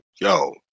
Yo